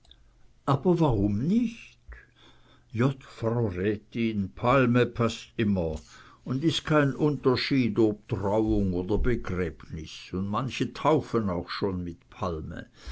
aber warum nicht jott frau rätin palme paßt immer un is kein unterschied ob trauung oder begräbnis und manche taufen auch schon mit palme